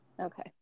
Okay